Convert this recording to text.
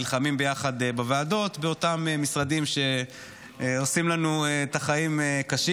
נלחמים ביחד בוועדות באותם משרדים שעושים לנו את החיים קשים.